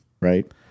Right